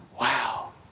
wow